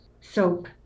soap